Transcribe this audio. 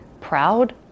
proud